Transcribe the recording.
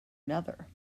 another